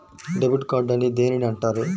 Debit card అని దేనిని అంటారు?